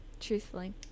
truthfully